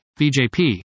BJP